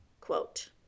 quote